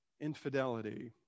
infidelity